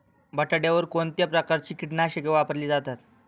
बटाट्यावर कोणत्या प्रकारची कीटकनाशके वापरली जातात?